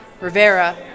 Rivera